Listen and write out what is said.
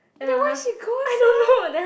ya why she go sia